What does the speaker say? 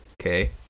Okay